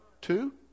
two